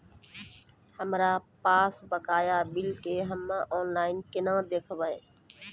हमरा पास बकाया बिल छै हम्मे ऑनलाइन केना देखबै?